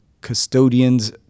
custodians